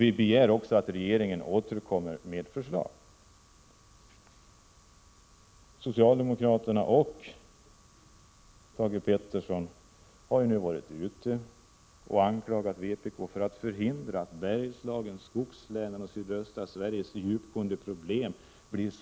Vi begär också att regeringen återkommer med förslag. Thage Peterson och socialdemokraterna har anklagat vpk för att förhindra lösningen av Bergslagens, skogslänens och sydöstra Sveriges djupgående problem.